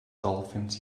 dolphins